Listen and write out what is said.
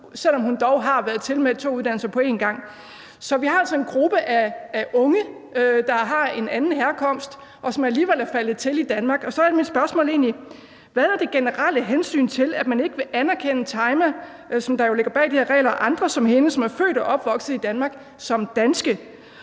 selv om hun dog har været tilmeldt to uddannelser på en gang. Vi har altså en gruppe af unge, der har en anden herkomst, og som alligevel er faldet til i Danmark, og så er mit spørgsmål egentlig: Hvad er det generelle hensyn bag, at man ikke vil anerkende Tajma, som jo er underlagt de her regler, og andre som hende, som er født og opvokset i Danmark, som danske?